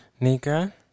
nika